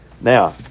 Now